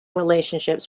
relationships